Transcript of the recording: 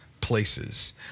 places